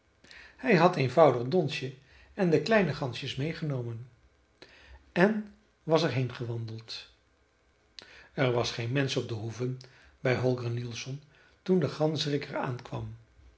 hij had eenvoudig donsje en de kleine gansjes meêgenomen en was er heen gewandeld er was geen mensch op de hoeve bij holger nielsson toen de ganzerik er aankwam